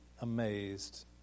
amazed